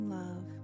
love